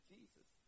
Jesus